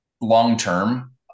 long-term